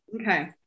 Okay